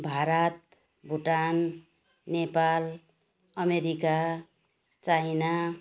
Bharat Bhutan Nepal America China